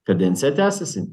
kadencija tęsiasi